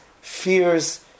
fears